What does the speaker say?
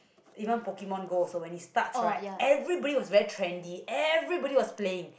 even Pokemon-Go also when it starts right everybody was very trendy everybody was playing